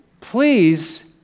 please